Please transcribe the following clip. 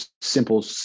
simple